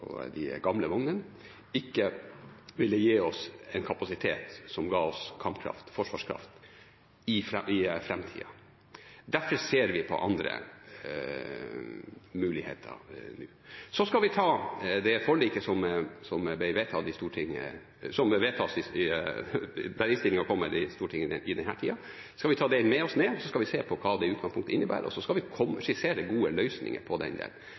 de gamle vognene, ikke ville gi oss kapasitet til kampkraft og forsvarskraft i framtida. Derfor ser vi på andre muligheter nå. Vi skal ta det forliket som ble inngått i Stortinget og den innstilingen som har kommet, med oss ned og se på hva det i utgangspunktet innebærer, og så skal vi skissere gode løsninger på